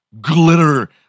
glitter